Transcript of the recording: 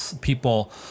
people